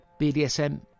BDSM